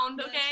okay